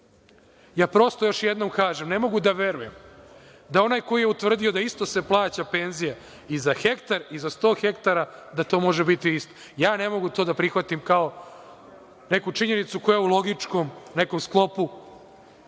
Ja prosto još jednom kažem, ne mogu da verujem da onaj ko je utvrdio da se isto plaća penzija i za hektar i za 100 hektara da to može biti isto. Ja ne mogu to da prihvatim kao neku činjenicu koja u logičkom nekom sklopu